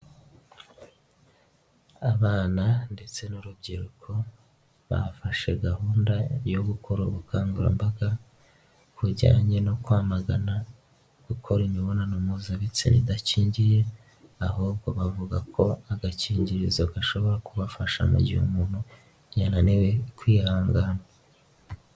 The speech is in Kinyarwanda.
Abana ndetse n'urubyiruko bafashe gahunda yo gukora ubukangurambaga bujyanye no kwamagana gukora imibonano mpuzabitsina idakingiye, ahubwo bavuga ko agakingirizo gashobora kubafasha mu gihe umuntu yananiwe kwihangana.